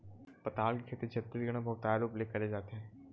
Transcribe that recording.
पताल के खेती छत्तीसगढ़ म बहुताय रूप ले करे जाथे